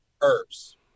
herbs